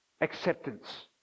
Acceptance